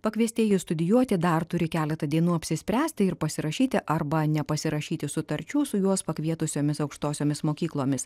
pakviestieji studijuoti dar turi keletą dienų apsispręsti ir pasirašyti arba nepasirašyti sutarčių su juos pakvietusiomis aukštosiomis mokyklomis